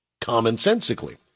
commonsensically